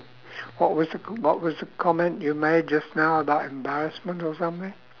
what was the c~ what was the comment you made just now about embarrassment or something